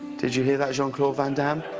did you hear that, jean claude van damme,